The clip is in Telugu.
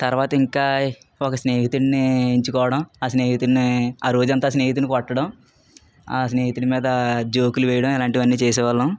తరువాత ఇంకా ఒక స్నేహితుడ్ని ఎంచుకోవడం ఆ స్నేహితుడిని ఆ రోజంతా ఆ స్నేహితుడ్ని కొట్టడం ఆ స్నేహితుడు మీద జోకులు వెయ్యడం ఇలాంటివన్నీ చేసేవాళ్ళం